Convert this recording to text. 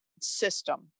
system